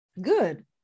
good